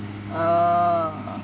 oh